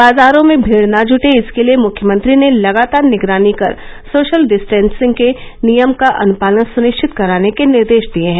बाजारों में भीड़ न जुटे इसके लिए मुख्यमंत्री ने लगातार निगरानी कर सोशल डिस्टेंसिंग के नियम का अनुपालन सुनिश्चित कराने के निर्देश दिए हैं